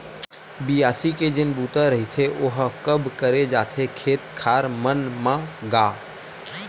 बियासी के जेन बूता रहिथे ओहा कब करे जाथे खेत खार मन म गा?